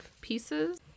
pieces